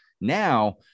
Now